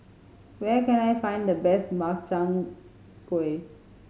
where can I find the best Makchang Gui